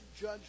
judge